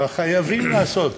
אבל חייבים לעשות.